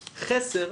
חסר,